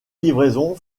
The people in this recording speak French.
livraison